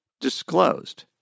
disclosed